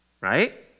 right